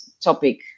topic